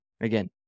Again